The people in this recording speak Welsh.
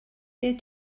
beth